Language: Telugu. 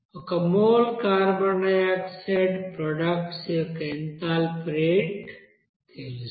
ఒక మోల్ కార్బన్ డయాక్సైడ్ ప్రొడక్ట్స్ యొక్క ఎథాల్పీ చేంజ్ రేటు తెలుసు